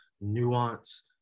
nuance